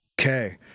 okay